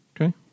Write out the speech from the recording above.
Okay